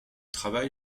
travail